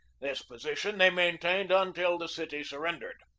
this position they maintained until the city surrendered.